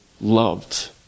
loved